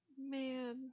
Man